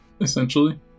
Essentially